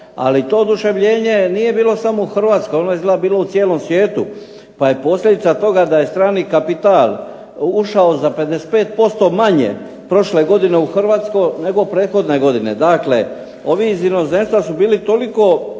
ali to oduševljenje nije bilo samo u Hrvatskoj, ono je izgleda bilo u cijelom svijetu pa je posljedica toga da je strani kapital ušao za 55% manje prošle godine u Hrvatskoj nego prethodne godine. Dakle ovi iz inozemstva su bili toliko